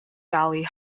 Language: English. valley